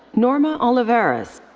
norma olivares.